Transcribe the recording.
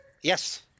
Yes